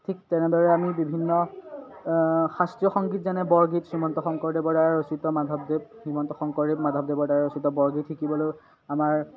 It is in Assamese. ঠিক তেনেদৰে আমি বিভিন্ন শাস্ত্ৰীয় সংগীত যেনে বৰগীত শ্ৰীমন্ত শংকৰদেৱৰ দ্বাৰা ৰচিত মাধৱদেৱ শ্ৰীমন্ত শংকৰদেৱ মাধৱদেৱৰ দ্বাৰা ৰচিত বৰগীত শিকিবলৈও আমাৰ